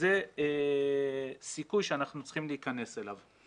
זה סיכוי שאנחנו צריכים להיכנס אליו.